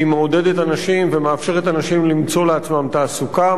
היא מעודדת אנשים ומאפשרת לאנשים למצוא לעצמם תעסוקה,